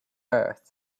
earth